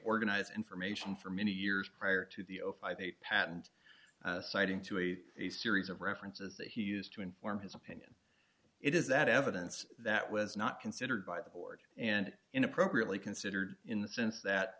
organize information for many years prior to the five a patent citing to a a series of references that he used to inform his opinion it is that evidence that was not considered by the board and in appropriately considered in the sense that